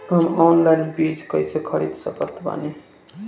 हम ऑनलाइन बीज कइसे खरीद सकत बानी?